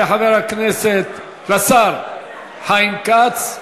תודה לשר חיים כץ.